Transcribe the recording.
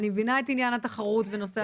אני מבינה את עניין התחרות ואת נושא התחרות.